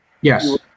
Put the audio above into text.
yes